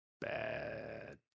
bad